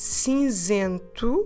cinzento